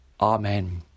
Amen